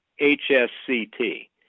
HSCT